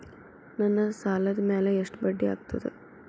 ನನ್ನ ಸಾಲದ್ ಮ್ಯಾಲೆ ಎಷ್ಟ ಬಡ್ಡಿ ಆಗ್ತದ?